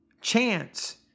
chance